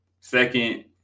second